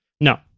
No